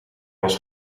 was